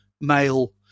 male